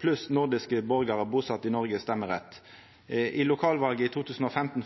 pluss nordiske borgarar busett i Noreg stemmerett. I lokalvalet i 2015